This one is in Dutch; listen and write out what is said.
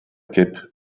kip